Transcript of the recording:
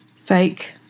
fake